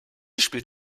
spielt